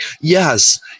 Yes